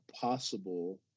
possible